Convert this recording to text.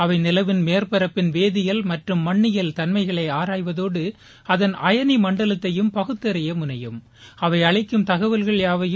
அவை நிலவின் மேற்பாப்பில் வேதிபியல் மற்றும் மண்ணியல் தன்மைகளை ஆராய்வதோடு அதன் ஐயனி மண்டலத்தையும் பகுத்தறியும் அவை அளிக்கும் தகவல்கள் யாவும்